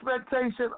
expectation